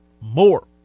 more